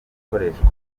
ikoreshwa